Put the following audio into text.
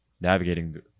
navigating